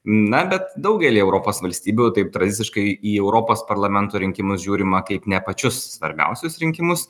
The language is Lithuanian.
na bet daugelyje europos valstybių taip tradiciškai į europos parlamento rinkimus žiūrima kaip ne pačius svarbiausius rinkimus